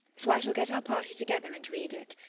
so i shall get our party together and read it.